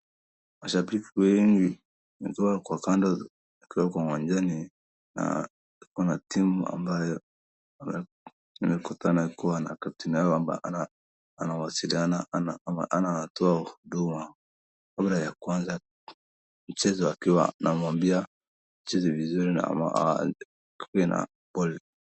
Masahbiki wengi wakiwa kwa kando akiwa kwa uwanjani na kuna timu ambayo imekutana na captain yao ambaye anawasiliana ama anatoa huduma ya kwanza mchezaji akiwa anamwambia acheze vizuri na anakumi na ball